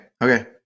Okay